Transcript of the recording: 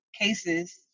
cases